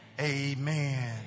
amen